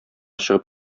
чыгып